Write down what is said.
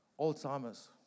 Alzheimer's